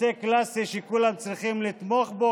נושא קלאסי שכולם צריכים לתמוך בו,